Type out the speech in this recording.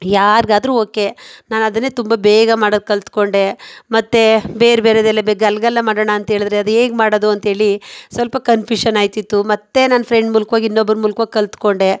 ಯಾರಿಗಾದ್ರೂ ಓಕೆ ನಾನದನ್ನೇ ತುಂಬ ಬೇಗ ಮಾಡೋದು ಕಲಿತ್ಕೊಂಡೆ ಮತ್ತು ಬೇರೆ ಬೇರೆದೆಲ್ಲ ಗಲಗಲ್ಲ ಮಾಡೋಣ ಅಂಥೇಳಿದ್ರೆ ಅದು ಹೇಗೆ ಮಾಡೋದು ಅಂಥೇಳಿ ಸ್ವಲ್ಪ ಕನ್ಫ್ಯೂಷನ್ ಆಗ್ತಿತ್ತು ಮತ್ತು ನನ್ನ ಫ್ರೆಂಡ್ ಮೂಲಕವಾಗಿ ಇನ್ನೊಬ್ಬರ ಮೂಲಕವಾಗಿ ಕಲಿತ್ಕೊಂಡೆ